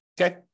Okay